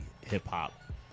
hip-hop